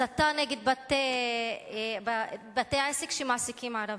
הסתה נגד בתי-עסק שמעסיקים ערבים.